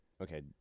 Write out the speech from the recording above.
Okay